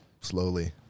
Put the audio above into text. slowly